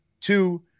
two